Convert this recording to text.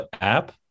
app